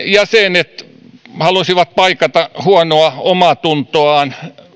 jäsenet halusivat paikata huonoa omaatuntoaan